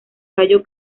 fallo